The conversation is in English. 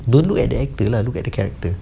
don't look at the actor lah look at the character